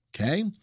okay